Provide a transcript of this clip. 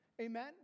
Amen